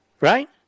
Right